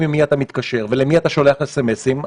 עם מי אתה מתקשר ולמי אתה שולח אס-אם-אסים,